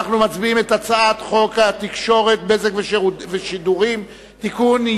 אנחנו מצביעים על הצעת חוק התקשורת (בזק ושידורים) (תיקון,